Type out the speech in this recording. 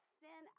sin